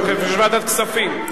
ועדת כספים.